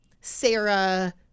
Sarah